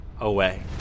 away